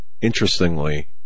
Interestingly